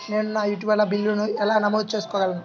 నేను నా యుటిలిటీ బిల్లులను ఎలా నమోదు చేసుకోగలను?